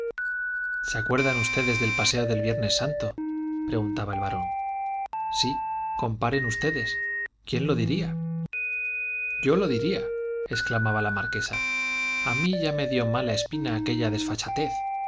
se acuerdan ustedes del paseo de viernes santo preguntaba el barón sí comparen ustedes quién lo diría yo lo diría exclamaba la marquesa a mí ya me dio mala espina aquella desfachatez